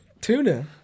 Tuna